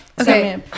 okay